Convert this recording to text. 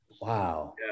Wow